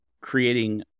creating